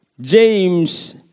James